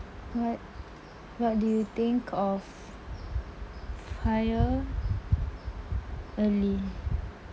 what what do you think of retire early